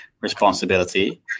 responsibility